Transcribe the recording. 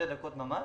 צריך